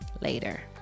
later